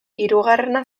hirugarrena